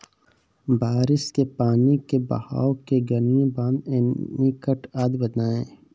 बारिश के पानी के बहाव के मार्ग में बाँध, एनीकट आदि बनाए